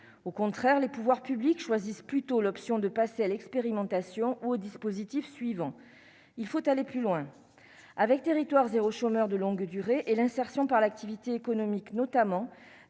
au contraire, les pouvoirs publics choisissent plutôt l'option de passer à l'expérimentation ou au dispositif suivant, il faut aller plus loin avec territoires zéro, chômeur de longue durée et l'insertion par l'activité économique, notamment,